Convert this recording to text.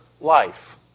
life